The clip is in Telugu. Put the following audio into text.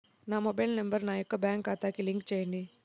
నా మొబైల్ నంబర్ నా యొక్క బ్యాంక్ ఖాతాకి లింక్ చేయండీ?